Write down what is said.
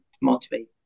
motivate